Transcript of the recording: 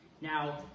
Now